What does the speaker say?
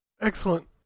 Excellent